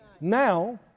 Now